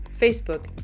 Facebook